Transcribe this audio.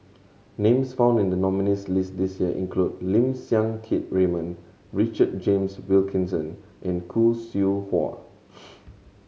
names found in the nominees' list this year include Lim Siang Keat Raymond Richard James Wilkinson and Khoo Seow Hwa